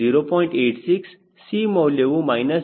86 C ಮೌಲ್ಯವು minus 0